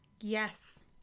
yes